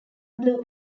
blue